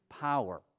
power